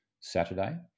Saturday